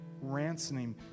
ransoming